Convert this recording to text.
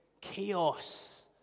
Chaos